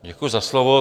Děkuji za slovo.